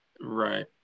right